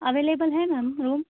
available है ma'am room